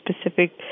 specific